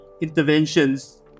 interventions